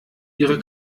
ihre